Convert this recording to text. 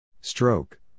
Stroke